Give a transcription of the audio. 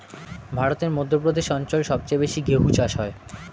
ভারতের মধ্য প্রদেশ অঞ্চল সবচেয়ে বেশি গেহু চাষ হয়